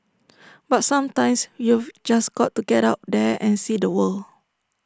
but sometimes you've just got to get out there and see the world